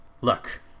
look